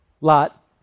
Lot